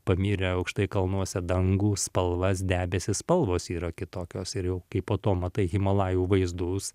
pamyre aukštai kalnuose dangų spalvas debesis spalvos yra kitokios ir jau kai po to matai himalajų vaizdus